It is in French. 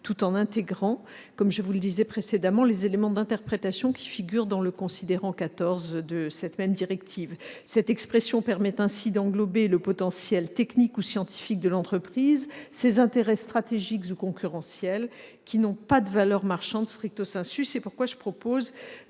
tout en intégrant, comme je l'indiquais précédemment, les éléments d'interprétation qui figurent dans le considérant 14 de cette même directive. Cette expression permet ainsi d'englober le potentiel technique ou scientifique de l'entreprise, ses intérêts stratégiques ou concurrentiels, qui n'ont pas de valeur marchande. C'est pourquoi je propose